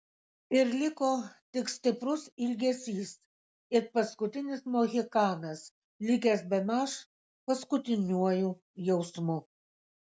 ir liko tik stiprus ilgesys it paskutinis mohikanas likęs bemaž paskutiniuoju jausmu